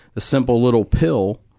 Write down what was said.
a simple little pill,